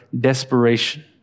desperation